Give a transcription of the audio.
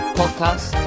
podcast